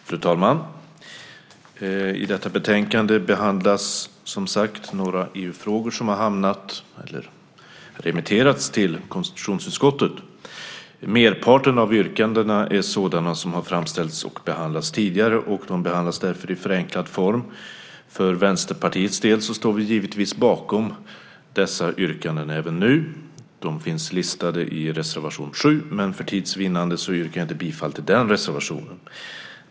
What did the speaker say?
Fru talman! I detta betänkande behandlas som sagt några EU-frågor som har hamnat hos, eller remitterats till, konstitutionsutskottet. Merparten av yrkandena är sådana som har framställts och behandlats tidigare. De behandlas därför i förenklad form. För Vänsterpartiets del står vi givetvis bakom dessa yrkanden även nu. De finns listade i reservation 7. Men för tids vinnande yrkar jag inte bifall till den reservationen.